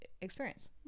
experience